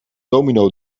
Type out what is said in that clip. domino